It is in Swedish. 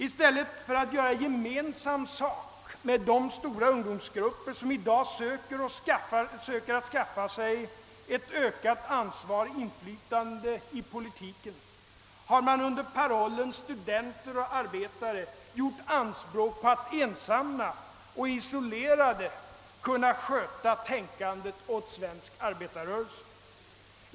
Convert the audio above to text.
I stället för att göra gemensam sak med de stora ungdomsgrupper som i dag försöker få ökat ansvar och inflytande i politiken har dessa grupper under parollen »studenter och arbetare» gjort anspråk på att ensamma och isolerade sköta tän kandet åt svensk arbetarrörelse.